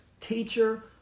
Teacher